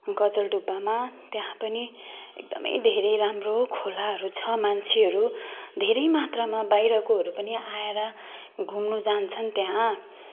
गजलडुबामा त्यहाँ पनि एकदमै धेरै राम्रो खोलाहरू छ मान्छेहरू धेरै मात्रामा बाहिरकोहरू पनि आएर घुम्नु जान्छन् त्यहाँ